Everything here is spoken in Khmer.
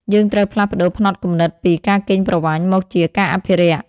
យើងត្រូវផ្លាស់ប្តូរផ្នត់គំនិតពី "ការកេងប្រវ័ញ្ច" មកជា "ការអភិរក្ស"។